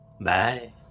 Bye